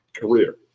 career